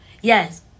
Yes